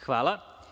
Hvala.